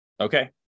Okay